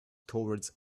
towards